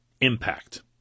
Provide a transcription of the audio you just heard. impact